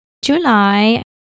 July